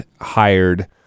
hired